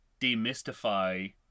demystify